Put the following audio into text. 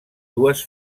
dues